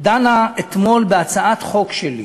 דנה אתמול בהצעת חוק שלי,